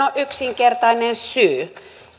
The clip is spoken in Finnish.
on yksinkertainen syy